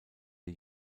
der